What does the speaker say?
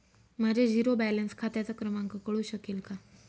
माझ्या zero balance खात्याचा क्रमांक कळू शकेल का?